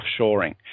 offshoring